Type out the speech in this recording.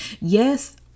Yes